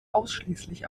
ausschließlich